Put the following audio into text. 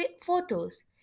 photos